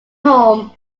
home